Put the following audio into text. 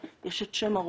יש את שם החולה,